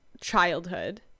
childhood